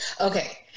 Okay